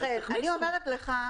לכן --- אז תכניסו.